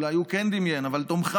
אולי הוא כן דמיין, אבל תומכיו